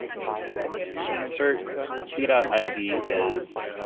um node label. and we're gonna assert p id ah id is